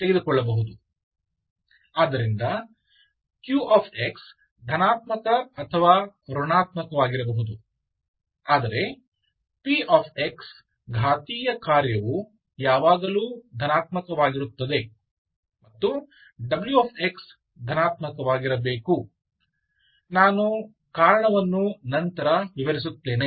ಆದ್ದರಿಂದ qx ಧನಾತ್ಮಕ ಅಥವಾ ಋಣಾತ್ಮಕವಾಗಿರಬಹುದು ಆದರೆ p ಘಾತೀಯ ಕಾರ್ಯವು ಯಾವಾಗಲೂ ಧನಾತ್ಮಕವಾಗಿರುತ್ತದೆ ಮತ್ತು w ಧನಾತ್ಮಕವಾಗಿರಬೇಕು ನಾನು ಕಾರಣವನ್ನು ನಂತರ ವಿವರಿಸುತ್ತೇನೆ